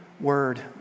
word